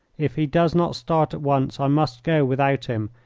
if he does not start at once i must go without him.